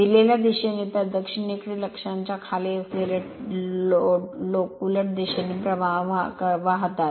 दिलेल्या दिशेने तर दक्षिणेकडील अक्षांच्या खाली असलेले लोक उलट दिशेने प्रवाह वाहतात